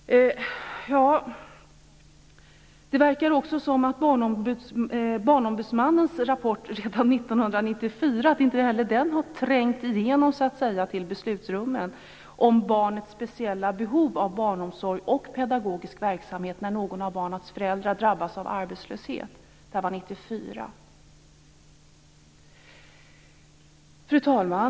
Det verkar som om inte heller barnombudsmannens rapport från 1994, om barnets speciella behov av barnomsorg och pedagogisk verksamhet när någon av barnets föräldrar drabbas av arbetslöshet, har trängt igenom till beslutsrummen. Det var alltså redan 1994. Fru talman!